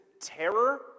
terror